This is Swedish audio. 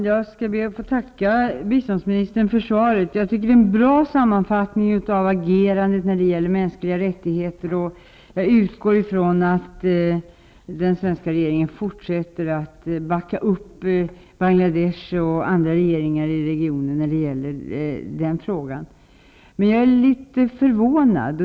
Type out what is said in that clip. Herr talman! Jag tackar biståndsministern för svaret. Jag tycker att det är en bra sammanfattning av agerandet när det gäller de mänskliga rättigheterna. Jag utgår från att den svenska regeringen fortsätter att backa upp Bangla desh och andra regeringar när det gäller denna fråga. Jag är dock litet förvånad.